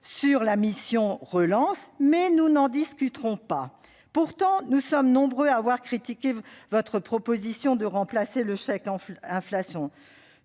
sur la mission « Plan de relance ». Mais nous n'en discuterons pas non plus ! Pourtant, nous sommes nombreux à avoir critiqué votre proposition de remplacer le chèque inflation.